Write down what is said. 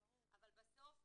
אבל בסוף,